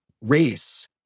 race